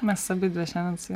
mes abidvi šiandien su